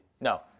No